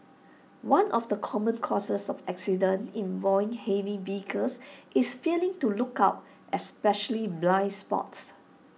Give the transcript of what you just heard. one of the common causes of accidents involving heavy vehicles is failing to look out especially blind spots